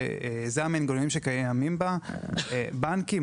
שאלה המנגנונים שקיימים בה: בנקים,